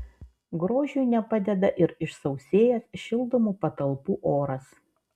grožiui nepadeda ir išsausėjęs šildomų patalpų oras